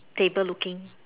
table looking